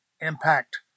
impact